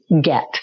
get